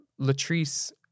Latrice